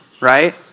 right